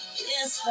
yes